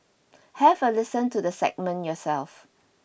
have a listen to the segment yourself